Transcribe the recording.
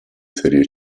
serie